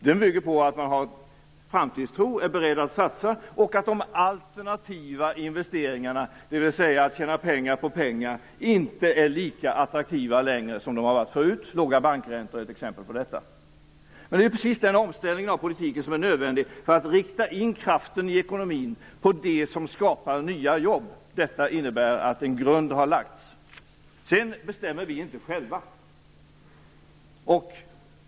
Det bygger på att det finns framtidstro och att man är beredd att satsa och att de alternativa investeringarna, dvs. att tjäna pengar på pengar, inte är lika attraktiva som de har varit tidigare. Låga bankräntor är ett exempel på detta. Det är precis denna omställning av politiken som är nödvändig för att man skall rikta in kraften i ekonomin på det som skapar nya jobb. Detta innebär att en grund har lagts. Sedan bestämmer vi inte själva.